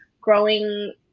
growing